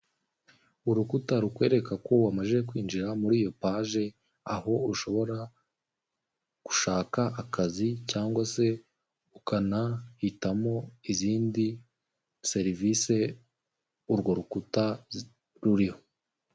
Urukuta rukwereka ko wamajije kwinjira muriyo page aho ushobora gushaka akazi cyangwa se ukanahitamo izindi serivise urwo rukuta ruriho.